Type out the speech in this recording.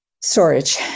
storage